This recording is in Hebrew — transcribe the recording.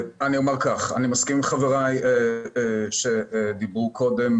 אני מסכים עם חבריי שדיברו קודם,